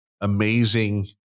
amazing